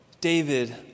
David